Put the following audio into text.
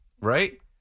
right